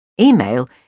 Email